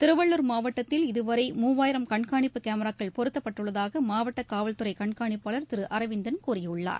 திருவள்ளூர் மாவட்டத்தில் இதுவரை மூவாயிரம் கண்காணிப்பு கேமராக்கள் பொருத்தப்பட்டுள்ளதாக மாவட்ட காவல்துறை கண்காணிப்பாளர் திரு அரவிந்தன் கூறியுள்ளார்